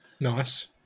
Nice